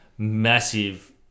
Massive